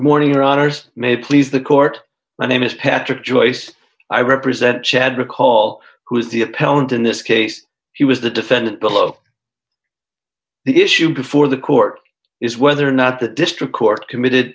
morning your honor may please the court my name is patrick joyce i represent chad recall who is the appellant in this case he was the defendant below the issue before the court is whether or not the district court committed